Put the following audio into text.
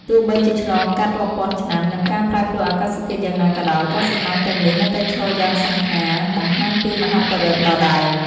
ទោះបីជាឆ្លងកាត់រាប់ពាន់ឆ្នាំ និងការប្រែប្រួលអាកាសធាតុយ៉ាងណាក៏ដោយ ក៏សំណង់ទាំងនេះនៅតែឈរយ៉ាងសង្ហាបង្ហាញពីមហិទ្ធិឫទ្ធិដ៏ដែល។